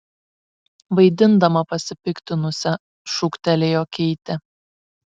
vaidindama pasipiktinusią šūktelėjo keitė